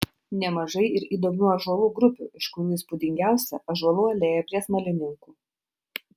nemažai ir įdomių ąžuolų grupių iš kurių įspūdingiausia ąžuolų alėja prie smalininkų